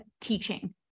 teaching